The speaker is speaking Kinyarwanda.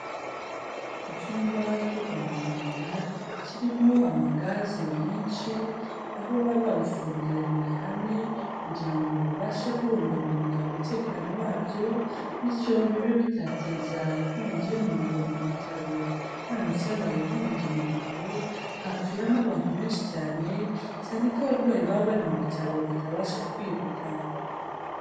Icyumba cyo kwa muganga, kirimo amagaze menshi, aho baba babifungiraniye hamwe kugira ngo babashe kubungabunga umutekano wabyo, bityo bibe bitateza inkongi y'umuriro mu bitaro, haramutse habaye inkongi mu bitaro hapfiramo abantu benshi cyane, cyane ko abarwayi baba bari mu bitaro batabasha kwiruka.